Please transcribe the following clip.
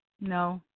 No